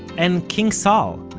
and king saul?